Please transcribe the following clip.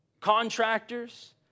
contractors